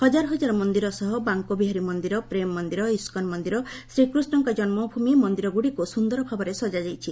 ହଜାର ହଜାର ମନ୍ଦିର ସହ ବାଙ୍କବିହାରୀ ମନ୍ଦିର ପ୍ରେମ ମନ୍ଦିର ଇସ୍କନ ମନ୍ଦିର ଶ୍ରୀକୃଷ୍ଣଙ୍କ ଜନ୍ମଭୂମି ମନ୍ଦିରଗୁଡ଼ିକୁ ସୁନ୍ଦରଭାବେ ସଜା ଯାଇଛି